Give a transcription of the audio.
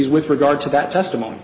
is with regard to that testimony